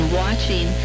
watching